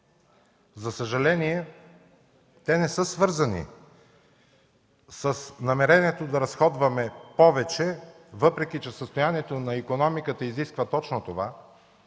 За съжаление, те не са свързани с намерението да разходваме повече, въпреки че състоянието на икономиката изисква точно това.